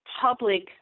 public